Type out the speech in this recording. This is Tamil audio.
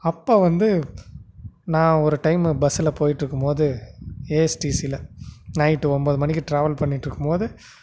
அப்போ வந்து நான் ஒரு டைம் பஸ்ஸில் போயிட்டிருக்கும்போது ஏஎஸ்டிசியில் நைட்டு ஒன்போது மணிக்கு ட்ராவல் பண்ணிட்டிருக்கும்போது